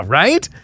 right